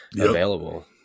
available